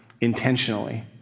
intentionally